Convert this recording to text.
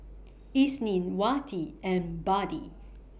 Isnin Wati and Budi